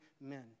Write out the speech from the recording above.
men